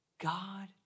God